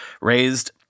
raised